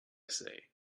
say